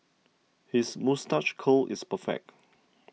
his moustache curl is perfect